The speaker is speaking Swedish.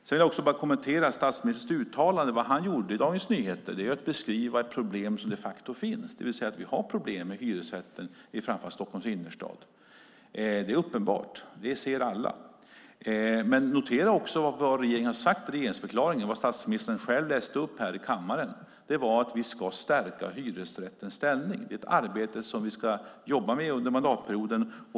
Sedan vill jag bara kommentera statsministerns uttalande. Vad han gjorde i Dagens Nyheter var att beskriva ett problem som de facto finns, det vill säga att vi har problem med hyresrätten i framför allt Stockholms innerstad. Det är uppenbart. Det ser alla. Men notera också vad regeringen sade i regeringsförklaringen, vad statsministern själv läste upp här i kammaren. Det var att vi ska stärka hyresrättens ställning. Det ska vi jobba med under mandatperioden.